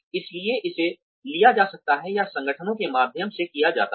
इसलिए इसे लिया जा सकता है या संगठनों के माध्यम से किया जाता है